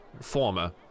former